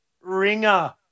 ringer